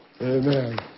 Amen